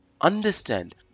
Understand